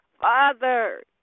Father